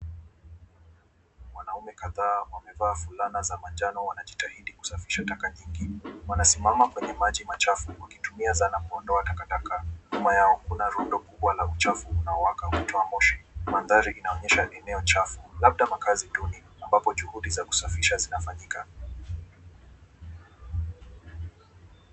Wanaume kadhaa wamevaa fulana za manjano wanajitahidi kusafisha taka nyingi. Wanasimama kwenye maji machafu wakitumia zana kuondoa takataka. Nyuma yao kuna rundo kubwa la uchafu unaowaka moto wa moshi. Mandhari inaonyesha ni eneo chafu labda makazi duni ambapo juhudi za kusafisha zinafanyika.